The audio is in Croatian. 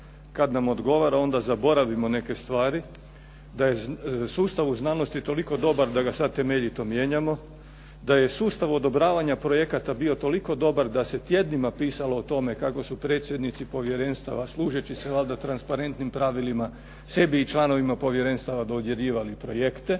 kada nam odgovara onda zaboravimo neke stvari da je sustav u znanosti toliko dobara da ga sada temeljito mijenjamo, da je sustav odobravanja projekata bio toliko dobar da se tjednima pisalo o tome kako su predsjednici povjerenstava služeći se valjda transparentnim pravilima sebi i članovima povjerenstva dodjeljivali projekte.